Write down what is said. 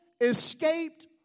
escaped